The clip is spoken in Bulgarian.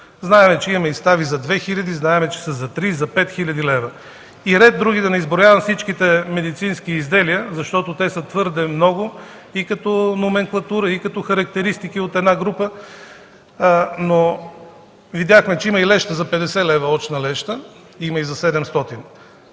Знаем, че имаме и стави за 2 хиляди, знаем, че са за 3 и за 5 хил. лв. и ред други – да не изброявам всички медицински изделия, защото те са твърде много и като номенклатура, и като характеристики от една група. Видяхме, че има и очна леща за 50 лв., има и за 700.